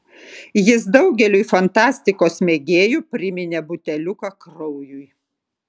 jis daugeliui fantastikos mėgėjų priminė buteliuką kraujui